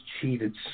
cheated